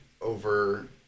over